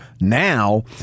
now